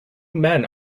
men